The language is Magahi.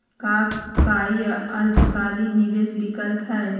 का काई अल्पकालिक निवेस विकल्प हई?